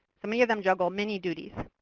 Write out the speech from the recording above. so many of them juggle many duties.